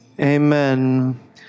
Amen